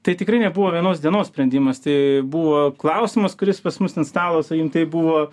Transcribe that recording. tai tikrai nebuvo vienos dienos sprendimas tai buvo klausimas kuris pas mus ant stalo sakykim tai buvo